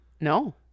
No